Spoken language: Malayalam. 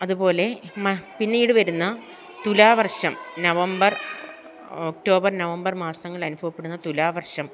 അത്പോലെ മ പിന്നീട് വരുന്ന തുലാവർഷം നവംബർ ഒക്ടോബർ നവംബർ മാസങ്ങൾ അനുഭവപ്പെടുന്ന തുലാവർഷം